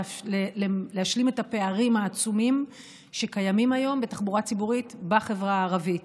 להשלים את הפערים העצומים שקיימים היום בתחבורה ציבורית בחברה הערבית.